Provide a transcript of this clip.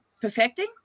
perfecting